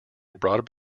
brought